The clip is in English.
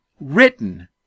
written